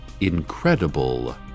incredible